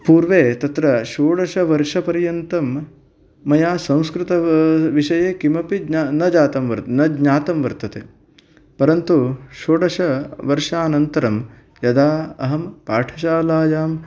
पूर्वे तत्र षोडशवर्षपर्यन्तं मया संस्कृत विषये किमपि न जातं वर्तते न ज्ञातं वर्तते परन्तु षोडशवर्षानन्तरं यदा अहं पाठशालायाम्